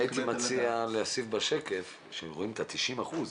הייתי מציע להוסיף בשקף, כשרואים 90% מהתלונות,